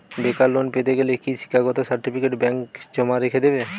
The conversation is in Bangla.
বেকার লোন পেতে গেলে কি শিক্ষাগত সার্টিফিকেট ব্যাঙ্ক জমা রেখে দেবে?